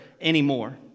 anymore